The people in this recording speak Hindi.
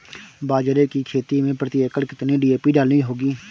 बाजरे की खेती में प्रति एकड़ कितनी डी.ए.पी डालनी होगी?